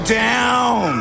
down